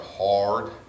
hard